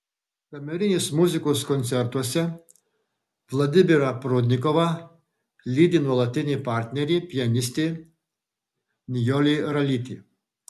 kamerinės muzikos koncertuose vladimirą prudnikovą lydi nuolatinė partnerė pianistė nijolė ralytė